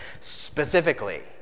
specifically